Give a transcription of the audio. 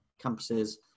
campuses